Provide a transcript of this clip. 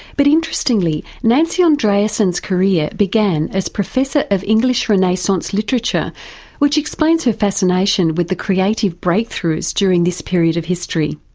but interestingly nancy andreasen's career began as professor of english renaissance literature which explains her fascination with the creative breakthroughs during this period of history.